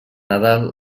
nadal